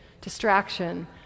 distraction